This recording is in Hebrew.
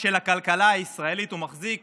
של הכלכלה הישראלית, הוא מחזיק